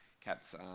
CAT's